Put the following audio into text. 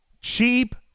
cheap